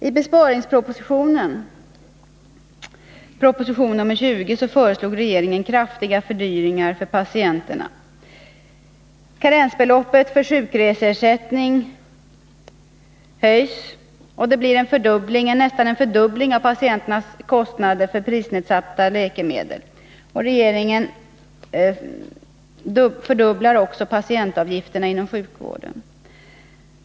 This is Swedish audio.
I besparingspropositionen, proposition nr 20, föreslår regeringen kraftiga fördyringar för patienterna. Karensbeloppet för sjukreseersättning höjs, och det blir nästan en fördubbling av patienternas kostnader för prisnedsatta läkemedel. Regeringen fördubblar också patientavgifterna inom sjukvården.